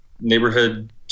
Neighborhood